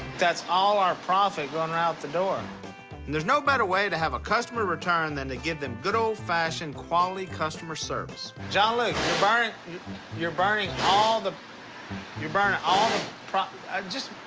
that's all our profit going right out the door. and there's no better way to have a customer return than to give them good, old-fashioned, quality customer service. john luke, you're burning you're burning all the you're burning all the pr um just.